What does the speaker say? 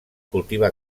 cultiva